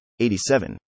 87